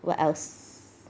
what else